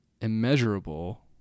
immeasurable